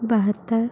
बहत्तर